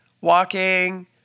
walking